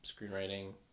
screenwriting